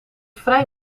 vrij